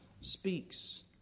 speaks